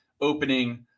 opening